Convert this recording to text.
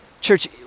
Church